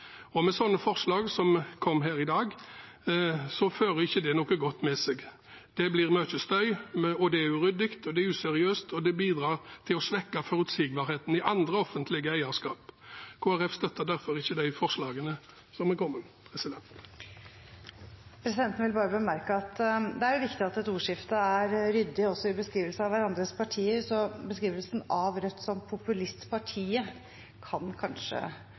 og slike forslag som kom her i dag, fører ikke noe godt med seg. Det blir mye støy, det er uryddig, det er useriøst, og det bidrar til å svekke forutsigbarheten i andre offentlige eierskap. Kristelig Folkeparti støtter derfor ikke de forslagene som er fremmet. Presidenten vil bemerke at det er viktig at et ordskifte er ryddig også i beskrivelsen av hverandres partier, så når det gjelder beskrivelsen av Rødt som populistpartiet, kan representanten kanskje